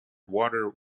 water